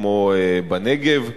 כמו בנגב.